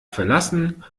verlassen